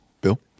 Bill